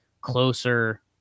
closer